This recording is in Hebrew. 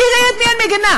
תראי על מי אני מגינה?